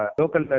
local